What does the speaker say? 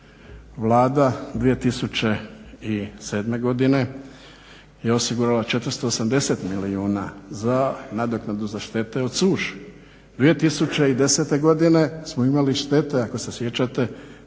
Vlada 2007. godine je osigurala 480 milijuna za nadoknadu za štete od suše. 2010. godine smo imali štete ako se sjećate